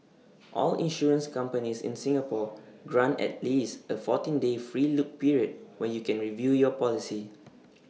all insurance companies in Singapore grant at least A fourteen day free look period when you can review your policy